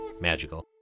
Magical